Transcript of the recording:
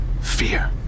Fear